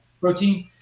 protein